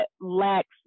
lacks